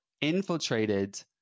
infiltrated